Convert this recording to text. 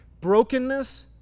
brokenness